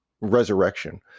resurrection